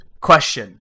Question